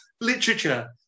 literature